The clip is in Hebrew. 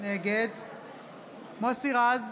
נגד מוסי רז,